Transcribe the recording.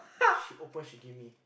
she open she give me